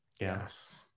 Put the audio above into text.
Yes